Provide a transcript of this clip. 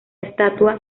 estatua